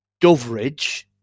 Doveridge